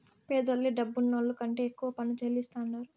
పేదోల్లే డబ్బులున్నోళ్ల కంటే ఎక్కువ పన్ను చెల్లిస్తాండారు